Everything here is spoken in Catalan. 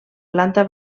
planta